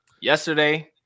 Yesterday